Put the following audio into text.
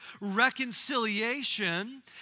reconciliation